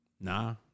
nah